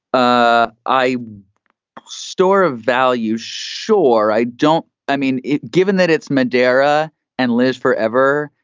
ah i store of value. sure. i don't. i mean it. given that it's madeira and lives forever.